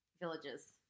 Villages